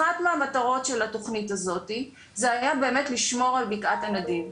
אחת המטרות של התכנית הזאת זה היה באמת לשמור על בקעת הנדיב.